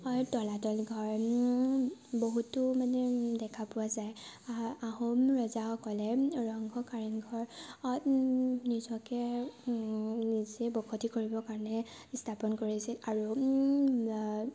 তলাতল ঘৰ বহুতো মানে দেখা পোৱা যায় আ আহোম ৰজাসকলে ৰংঘৰ কাৰেংঘৰ নিজকে নিজে বসতি কৰিবৰ কাৰণে স্থাপন কৰিছিল আৰু